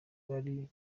bari